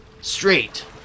straight